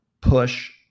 push